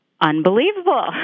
unbelievable